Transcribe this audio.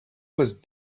was